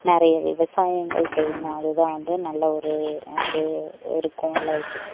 நிறைய விவசாயங்கள் செய்யணும் அதுதான் வந்து நல்ல ஒரு இது இருக்கும் லைஃப்புக்கு